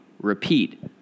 repeat